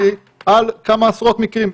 פניתי על כמה עשרות מקרים,